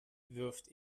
wirft